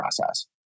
process